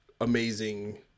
amazing